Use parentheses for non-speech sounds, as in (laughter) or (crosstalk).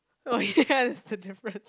(noise) oh yes the difference